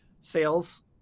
sales